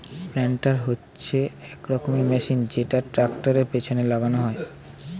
planter হচ্ছে এক রকমের মেশিন যেটা ট্র্যাক্টরের পেছনে লাগানো হয়